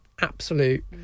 absolute